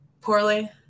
Poorly